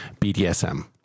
BDSM